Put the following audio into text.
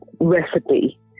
recipe